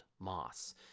Moss